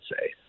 say